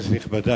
כנסת נכבדה,